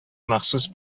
махсус